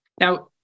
now